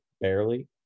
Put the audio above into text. barely